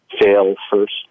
fail-first